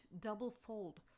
double-fold